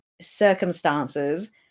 circumstances